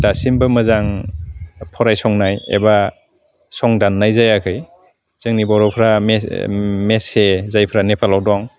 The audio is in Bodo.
दासिमबो मोजां फरायसंनाय एबा संदान्नाय जायाखै जोंनि बर'फोरा मेस मेसे जायफ्रा नेपालाव दं